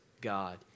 God